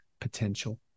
potential